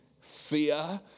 fear